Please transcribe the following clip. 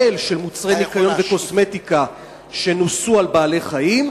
של מוצרי ניקיון וקוסמטיקה שנוסו על בעלי-חיים.